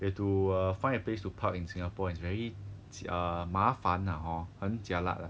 you have to err find a place to park in singapore it's very err 麻烦 lah hor 很 jialat lah